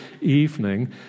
evening